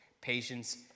patience